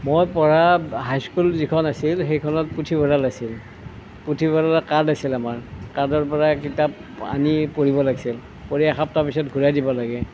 মই পঢ়া হাইস্কুল যিখন আছিল সেইখনত পুথিভঁৰাল আছিল পুথিভঁৰালৰ কাৰ্ড আছিল আমাৰ কাৰ্ডৰ পৰাই কিতাপ আনি পঢ়িব লাগিছিল পঢ়ি এসপ্তাহৰ পিছত ঘূৰাই দিব লাগে